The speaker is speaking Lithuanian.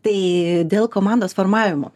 tai dėl komandos formavimo